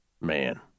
Man